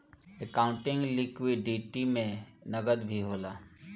accounting liquidity में नकद भी होला